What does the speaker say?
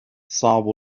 صعب